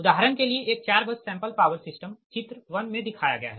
उदाहरण के लिएएक चार बस सैंपल पॉवर सिस्टम चित्र 1 में दिखाया गया है